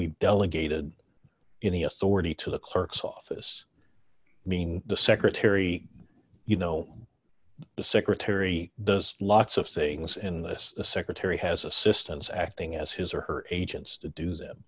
we delegated any authority to the clerk's office being the secretary you know the secretary does lots of saying this and this secretary has assistants acting as his or her agents to do them